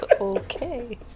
okay